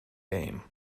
game